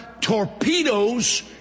torpedoes